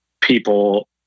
people